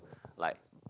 like